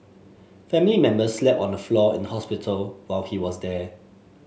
family members slept on the floor in the hospital while he was there